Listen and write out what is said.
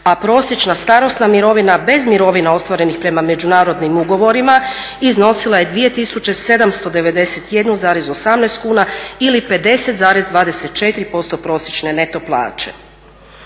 a prosječna starosna mirovina bez mirovina ostvarenih prema međunarodnim ugovorima iznosila je 2.791,18 kuna ili 50,24% prosječne neto plaće.